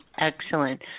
Excellent